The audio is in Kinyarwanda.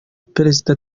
prezida